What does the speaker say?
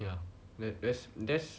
ya that's that's